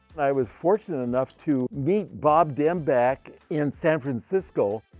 i was fortunate enough to meet bob dambach in san francisco.